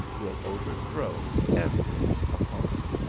will overthrow every opponent.